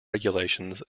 regulations